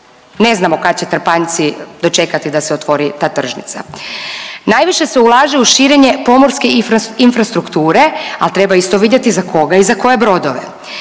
Ne znamo kad će Trpanjci dočekati da se otvori ta tržnica. Najviše se ulaže u širenje pomorske infrastrukture, a treba isto vidjeti za koga i za koje brodove.